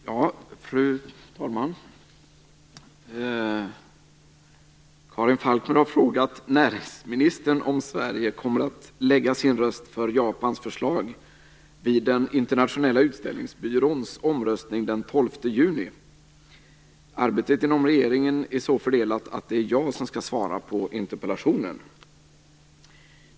Fru talman! Karin Falkmer har frågat näringsministern om Sverige kommer att lägga sin röst för Japans förslag vid den internationella utställningsbyråns omröstning den 12 juni. Arbetet inom regeringen är så fördelat att det är jag som skall svara på interpellationen.